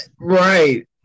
Right